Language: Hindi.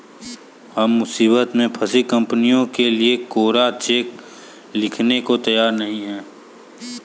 हम मुसीबत में फंसी कंपनियों के लिए कोरा चेक लिखने को तैयार नहीं हैं